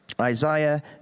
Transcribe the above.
Isaiah